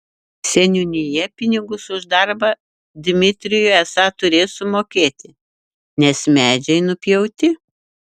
seniūnija pinigus už darbą dmitrijui esą turės sumokėti nes medžiai nupjauti